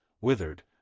withered